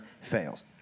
fails